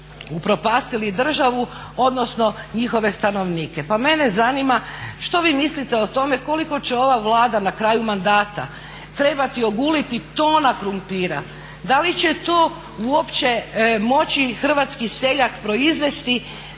upropastili i državu odnosno njihove stanovnike. Pa mene zanima što vi mislite o tome koliko će ova Vlada na kraju mandata trebati oguliti tona krumpira, da li će to uopće moći hrvatski seljak proizvesti